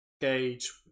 gauge